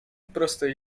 prostej